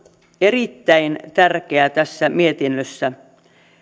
erittäin tärkeä tässä mietinnössä